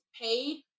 paid